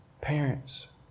Parents